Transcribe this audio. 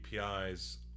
APIs